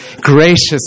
gracious